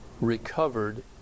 recovered